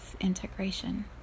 integration